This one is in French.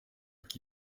qui